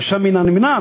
ששם לא מן הנמנע,